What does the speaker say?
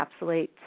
encapsulate